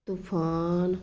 ਤੂਫਾਨ